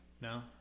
No